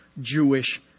Jewish